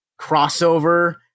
crossover